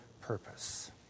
purpose